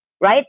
right